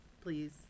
please